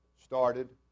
started